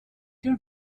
den